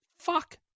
fuck